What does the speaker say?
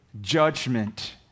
Judgment